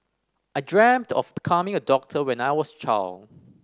I dreamt of becoming a doctor when I was a child